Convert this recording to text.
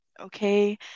okay